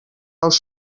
els